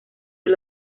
del